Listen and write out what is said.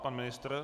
Pan ministr?